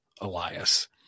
Elias